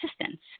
assistance